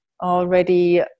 already